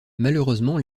malheureusement